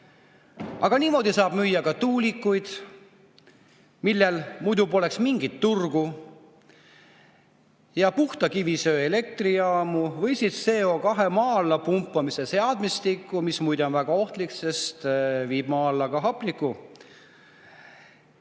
Aga niimoodi saab müüa ka tuulikuid, millel muidu poleks mingit turgu, ja puhta kivisöe elektrijaamu. Või siis CO2maa alla pumpamise seadmestikku, mis on muide väga ohtlik, sest viib maa alla ka hapnikku.